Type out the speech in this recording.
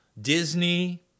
Disney